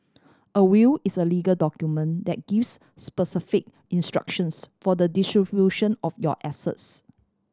a will is a legal document that gives specific instructions for the distribution of your assets